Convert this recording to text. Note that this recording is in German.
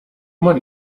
man